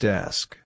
Desk